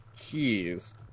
Jeez